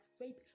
rape